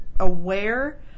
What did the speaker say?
aware